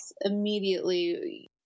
immediately